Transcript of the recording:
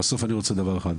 אבל אני רוצה דבר אחד.